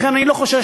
לכן אני לא חושש.